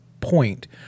point